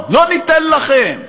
פתאום, לא ניתן לכם.